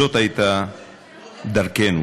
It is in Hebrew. זו הייתה דרכנו,